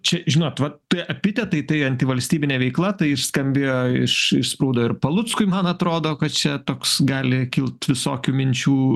čia žinot vat tie epitetai tai antivalstybinė veikla tai išskambėjo iš išsprūdo ir paluckui man atrodo kad čia toks gali kilt visokių minčių